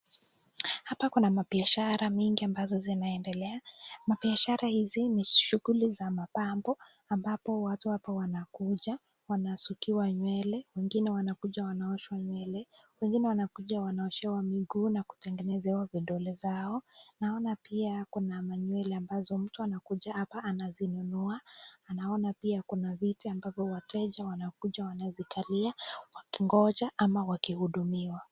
Hapa kuna mabiashara mingi ambazo inaendelea mabiashara hizi ni shughuli za mapambo ambapo watu wanakuja, wanasukiwa nywele, wengine wanakuja wanaosha nywele, wengine wanakuja wanaoshewa miguu na kutengenezewa vidole zao naona pia kuna nywele ambazo mtu wanakuja anavinunua, naona pia kuna viti ambavyo wateja wanakuja wanavikalia wakingoja ama wakihudumiwa.